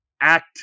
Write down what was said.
act